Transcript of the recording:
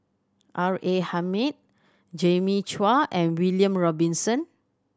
R A Hamid Jimmy Chua and William Robinson